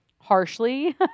Harshly